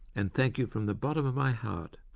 and thank you from the bottom of my heart.